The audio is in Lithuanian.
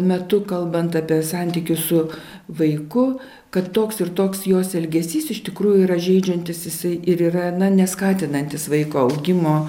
metu kalbant apie santykius su vaiku kad toks ir toks jos elgesys iš tikrųjų yra žeidžiantis jisai ir yra na neskatinantis vaiko augimo